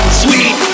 sweet